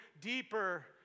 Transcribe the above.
deeper